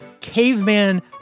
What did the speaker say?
caveman